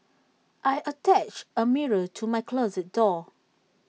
I attached A mirror to my closet door